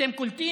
אתם קולטים?